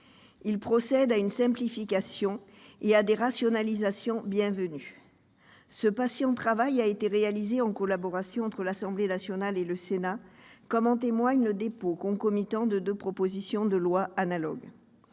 et procède à une simplification et à des rationalisations qui sont bienvenues. Ce patient travail a été réalisé en collaboration entre l'Assemblée nationale et le Sénat, comme en témoigne le dépôt concomitant de deux propositions de loi identiques.